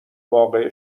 وافع